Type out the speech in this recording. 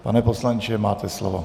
Pane poslanče, máte slovo.